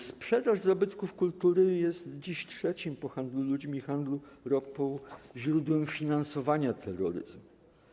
Sprzedaż zabytków kultury jest dziś trzecim po handlu ludźmi i handlu ropą źródłem finansowania terroryzmu.